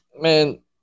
Man